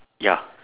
ya